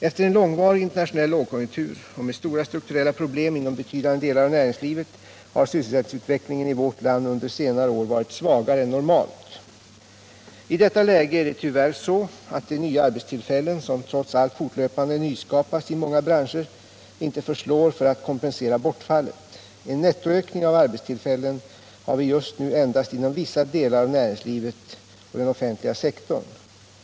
Efter en långvarig internationell lågkonjunktur och med stora strukturella problem inom betydande delar av näringslivet har sysselsättningsutvecklingen i vårt land under senare år varit svagare än normalt. I detta läge är det tyvärr så att de arbetstillfällen som trots allt fortlöpande nyskapas i många branscher inte förslår för att kompensera bortfallet. En nettoökning av arbetstillfällen har vi just nu endast inom vissa delar av näringslivet och den offentliga sektorn.